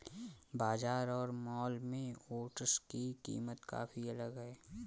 बाजार और मॉल में ओट्स की कीमत काफी अलग है